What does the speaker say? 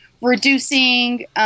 reducing